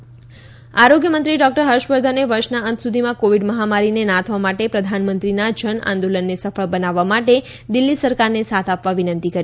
હર્ષવર્ધન આરોગ્યમંત્રી doctor ફર્ષવર્ધને વર્ષના અંત સુધીમાં કોવિડ મહામારીને નાથવા માટે પ્રધાનમંત્રીના જન આંદોલનને સફળ બનાવવા માટે દિલ્હી સરકારને સાથ આપવા વિનંતી કરી